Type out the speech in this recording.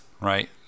right